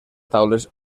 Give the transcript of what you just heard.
taules